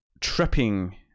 tripping